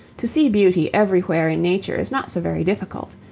to see beauty everywhere in nature is not so very difficult.